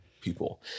people